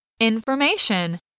Information